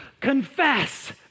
Confess